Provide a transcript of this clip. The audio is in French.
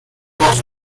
force